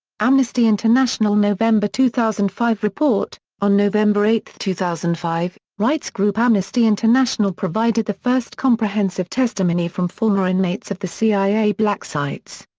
amnesty international november two thousand and five report on november eight, two thousand five, rights group amnesty international provided the first comprehensive testimony from former inmates of the cia black sites.